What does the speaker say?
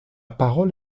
parole